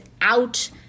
out